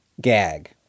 gag